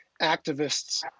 activists